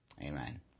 Amen